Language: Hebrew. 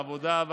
משרד העבודה,